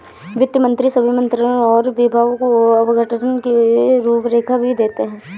वित्त मंत्री सभी मंत्रालयों और विभागों को आवंटन की रूपरेखा भी देते हैं